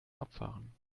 abfahren